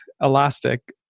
Elastic